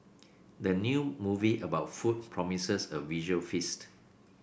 the new movie about food promises a visual feast